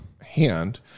hand